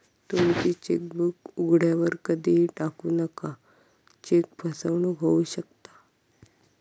तुमची चेकबुक उघड्यावर कधीही टाकू नका, चेक फसवणूक होऊ शकता